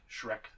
Shrek